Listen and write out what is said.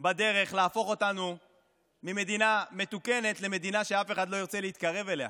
בדרך להפוך אותנו ממדינה מתוקנת למדינה שאף אחד לא ירצה להתקרב אליה.